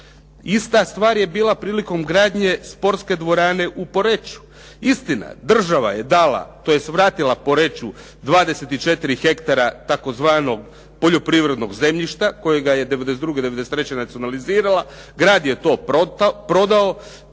Ista stvar je bila prilikom gradnje sportske dvorane u Poreču. Istina, država je dala tj. vratila Poreču 24 hektara tzv. poljoprivrednog zemljišta kojega je '92., '93. nacionalizirala. Grad je to prodao,